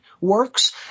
works